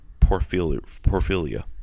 porphyria